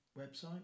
website